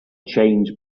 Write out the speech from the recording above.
changed